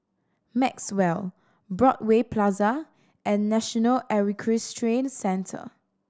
Maxwell Broadway Plaza and National Equestrian Centre